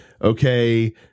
Okay